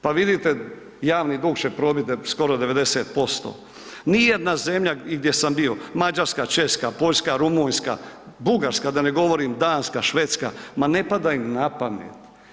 Pa vidite javni dug će probit skoro 90%, nijedna zemlja gdje sam bio, Mađarska, Češka, Poljska, Rumunjska, Bugarska da ne govorim Danska, Švedska, ma ne pada im napamet.